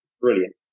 brilliant